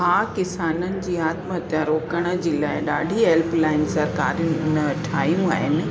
हा किसाननि जी आत्महत्या रोकण जे लाइ ॾाढी हेल्पलाइंस सरकारी ठाहियूं आहिनि